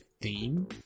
theme